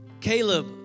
Caleb